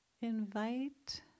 invite